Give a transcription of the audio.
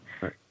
Right